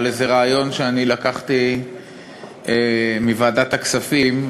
על איזה רעיון שאני לקחתי מוועדת הכספים,